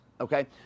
okay